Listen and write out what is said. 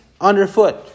underfoot